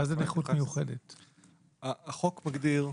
החוק מגדיר,